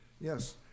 Yes